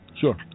Sure